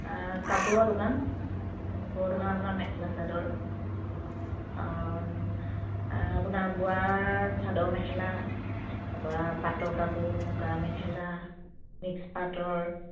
কাপোৰৰ দোকান কাপোৰৰ দোকান আপোনাৰ মেখেলা চাদৰ আপোনাৰ বোৱা চাদৰ মেখেলা তাৰপৰা পাটৰ কাপোৰ মুগাৰ মেখেলা মিক্স পাটৰ